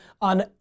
on